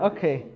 Okay